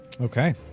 Okay